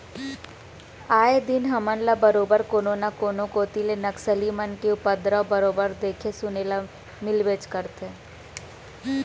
आए दिन हमन ल बरोबर कोनो न कोनो कोती ले नक्सली मन के उपदरव बरोबर देखे सुने ल मिलबेच करथे